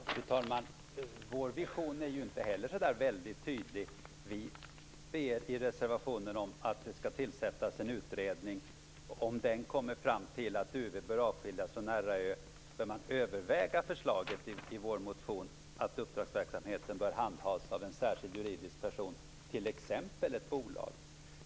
Fru talman! Vår vision är inte heller så väldigt tydlig. I reservationen föreslår vi att det skall tillsättas en utredning. Om den kommer fram till att UV bör avskiljas från RAÄ, bör man överväga förslaget i vår motion att uppdragsverksamheten bör handhas av en särskild juridisk person, t.ex. ett bolag.